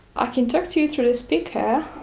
i can talk to you through the speaker,